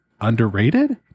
Underrated